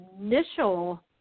initial